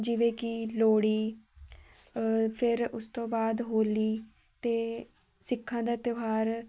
ਜਿਵੇਂ ਕਿ ਲੋਹੜੀ ਫਿਰ ਉਸ ਤੋਂ ਬਾਅਦ ਹੋਲੀ ਅਤੇ ਸਿੱਖਾਂ ਦਾ ਤਿਉਹਾਰ